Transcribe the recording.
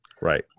Right